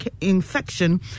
infection